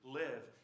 live